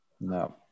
No